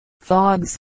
fogs